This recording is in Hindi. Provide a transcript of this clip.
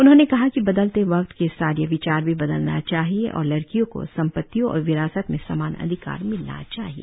उन्होंने कहा कि बदलते वक्त के साथ यह विचार भी बदलना चाहिए और लड़कियों को संपत्तियों और विरासत में समान अधिकार मिलना चाहिए